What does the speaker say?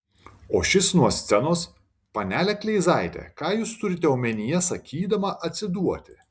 o šis nuo scenos panele kleizaite ką jūs turite omenyje sakydama atsiduoti